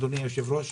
אדוני היושב-ראש,